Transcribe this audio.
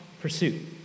pursuit